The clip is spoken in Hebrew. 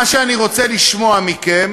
מה שאני רוצה לשמוע מכם